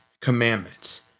commandments